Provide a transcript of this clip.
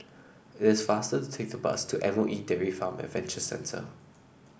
it is faster to take the bus to M O E Dairy Farm Adventure Centre